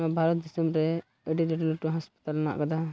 ᱱᱚᱣᱟ ᱵᱷᱟᱨᱚᱛ ᱫᱤᱥᱚᱢ ᱨᱮ ᱟᱹᱰᱤ ᱞᱟᱹᱴᱩ ᱞᱟᱹᱴᱩ ᱦᱚᱥᱯᱟᱛᱟᱞ ᱢᱮᱱᱟᱜ ᱟᱠᱟᱫᱟ